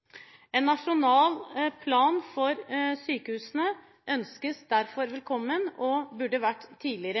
En nasjonal plan for sykehusene ønskes derfor velkommen og burde vært tidligere